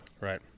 Right